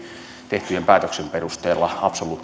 tehtyjen päätösten perusteella